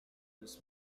this